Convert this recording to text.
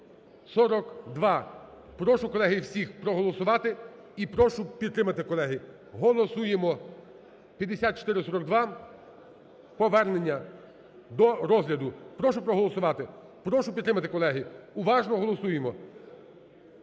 5442. Прошу, колеги, всіх проголосувати і прошу підтримати, колеги. Голосуємо 5442 – повернення до розгляду. Прошу проголосувати, прошу підтримати, колеги! Уважно голосуємо.